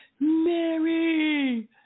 Mary